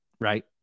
right